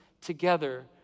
together